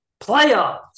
playoffs